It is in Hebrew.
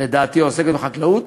לדעתי העוסקים בחקלאות,